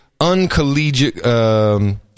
uncollegiate